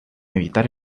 evitar